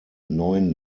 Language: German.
neuen